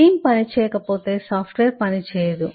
team పని చేయకపోతే software పనిచేయదు